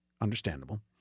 understandable